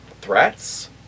threats